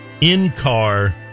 in-car